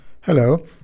Hello